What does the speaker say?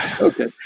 Okay